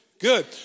Good